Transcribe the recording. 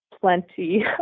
plenty